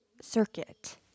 circuit